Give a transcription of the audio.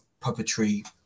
puppetry